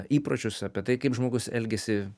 įpročius apie tai kaip žmogus elgiasi